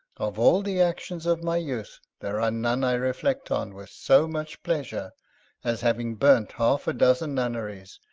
of all the actions of my youth, there are none i reflect on with so much pleasure as having burnt half a dozen nunneries,